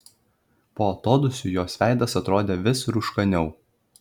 po atodūsių jos veidas atrodė vis rūškaniau